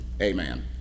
amen